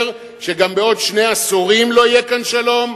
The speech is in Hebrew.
שגם בעוד שני עשורים לא יהיה כאן שלום?